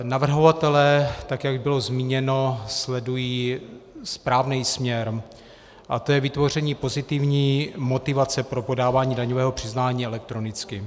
Navrhovatelé, jak bylo zmíněno, sledují správný směr a to je vytvoření pozitivní motivace pro podávání daňového přiznání elektronicky.